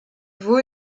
vaut